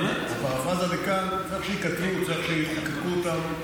הפרפרזה לכאן: צריך שייכתבו, צריך שיחוקקו אותם,